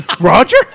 Roger